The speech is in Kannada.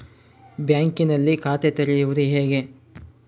ಬ್ಯಾಂಕಿನಲ್ಲಿ ಖಾತೆ ತೆರೆಯುವುದು ಹೇಗೆ?